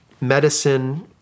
medicine